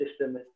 system